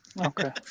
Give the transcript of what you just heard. Okay